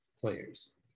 players